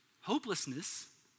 Hopelessness